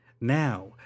Now